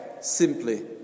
simply